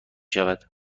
شود